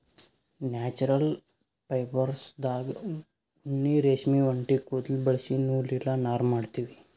natural ಫೈಬರ್ಸ್ದಾಗ್ ಉಣ್ಣಿ ರೇಷ್ಮಿ ಒಂಟಿ ಕುದುಲ್ ಬಳಸಿ ನೂಲ್ ಇಲ್ಲ ನಾರ್ ಮಾಡ್ತೀವಿ